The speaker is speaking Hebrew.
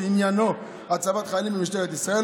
שעניינו הצבת חיילים במשטרת ישראל,